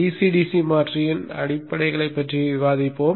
DC DC மாற்றியின் அடிப்படைகளைப் பற்றி விவாதிப்போம்